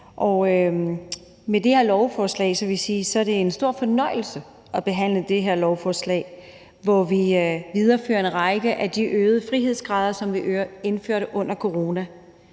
fru Mai Mercado i dag. Det er en stor fornøjelse at behandle det her lovforslag, hvor vi viderefører en række af de øgede frihedsgrader, som vi indførte under corona.